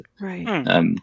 Right